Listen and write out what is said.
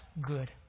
good